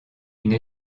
une